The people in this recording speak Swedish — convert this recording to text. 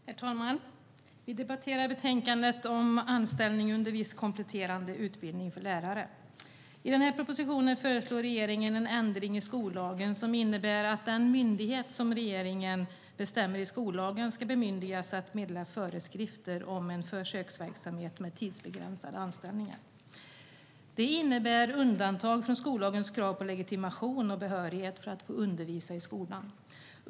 Herr talman! Vi debatterar betänkandet om anställning under viss kompletterande utbildning för lärare. I propositionen föreslår regeringen en ändring i skollagen som innebär att den myndighet som regeringen bestämmer i skollagen ska bemyndigas att meddela föreskrifter om en försöksverksamhet med tidsbegränsade anställningar. Detta innebär undantag från skollagens krav på legitimation och behörighet för att få undervisa i skolan.